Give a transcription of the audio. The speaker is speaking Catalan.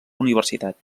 universitat